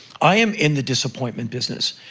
i am in the disappointment business.